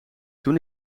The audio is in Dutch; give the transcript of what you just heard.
toen